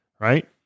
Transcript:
right